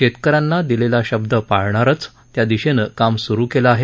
शेतक यांना दिलेला शब्द पाळणारच त्या दिशेनं काम स्रु केलं आहे